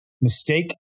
mistake